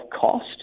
cost